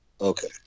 Okay